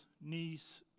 niece